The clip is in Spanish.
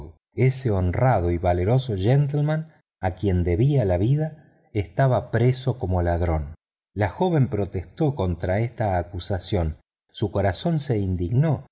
ese honrado y valeroso gentleman a quien debía la vida estaba preso como ladrón la joven protestó contra esta acusación su corazón se indignó